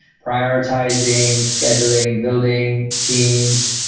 prioritizing, scheduling, building teams,